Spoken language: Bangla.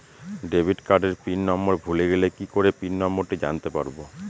ডেবিট কার্ডের পিন নম্বর ভুলে গেলে কি করে পিন নম্বরটি জানতে পারবো?